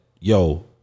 yo